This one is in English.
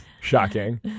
Shocking